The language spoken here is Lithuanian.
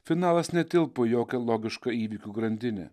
finalas netilpo į jokią logišką įvykių grandinę